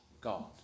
God